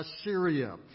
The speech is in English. Assyria